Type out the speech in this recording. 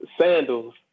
sandals